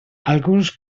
alguns